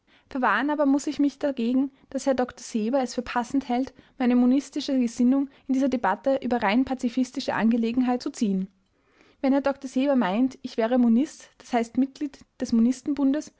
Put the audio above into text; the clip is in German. verwahren aber muß ich mich dagegen daß herr dr seber es für passend hält meine monistische gesinnung in diese debatte über rein pazifistische angelegenheiten zu ziehen wenn herr dr seber meint ich wäre monist d h mitglied des